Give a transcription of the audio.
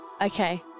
Okay